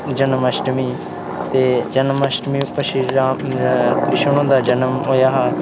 जनमाष्ठमी ते जन्माष्ठमी उप्पर श्रीराम क्रिशन हुंदा जनम होएया हा